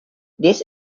this